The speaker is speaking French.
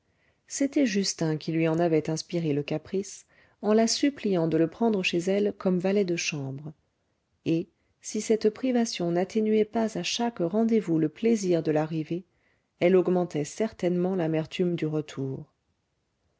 c'était justin qui lui en avait inspiré le caprice en la suppliant de le prendre chez elle comme valet de chambre et si cette privation n'atténuait pas à chaque rendez-vous le plaisir de l'arrivée elle augmentait certainement l'amertume du retour